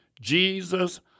Jesus